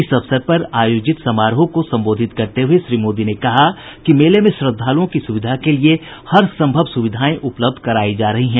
इस अवसर पर आयोजित समारोह को संबोधित करते हुए श्री मोदी ने कहा कि मेले में श्रद्धालुओं की सुविधा के लिये हर संभव सुविधाएं उपलब्ध करायी जा रही हैं